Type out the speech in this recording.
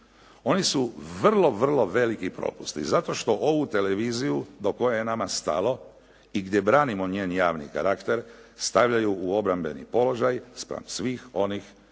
Oni su vrlo, vrlo veliki propusti zato što ovu televiziju do koje je nama stalo i gdje branimo njen javni karakter stavljaju u obrambeni položaj spram svih onih koji